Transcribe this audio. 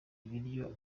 ibiryo